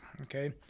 Okay